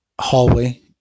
Hallway